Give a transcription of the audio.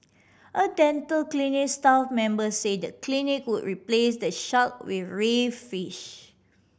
a dental clinic staff member said the clinic would replace the shark with reef fish